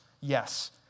Yes